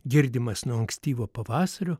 girdimas nuo ankstyvo pavasario